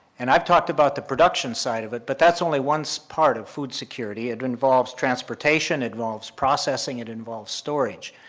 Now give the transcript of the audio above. and i've talked about the production side of it, but that's only one so part of food security. it involves transportation, it involves processing, it involves storage.